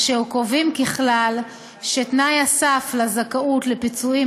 אשר קובעים ככלל שתנאי הסף לזכאות לפיצויים